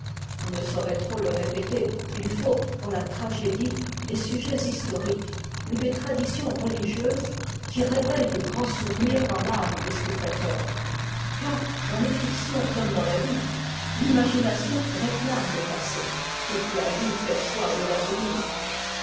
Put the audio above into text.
on ne saurait trop le répéter il faut pour la tragédie des sujets historiques ou des traditions religieuses qui réveittent de grands souvenirs dans t'âme des spectateurs car dans les fictions comme dans la vie l'imagination réclame je passé quelque avide qu'elle soit de t'avenir